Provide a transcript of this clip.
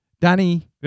Danny